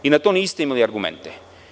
Na to niste imali argumente.